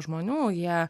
žmonių jie